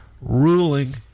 ruling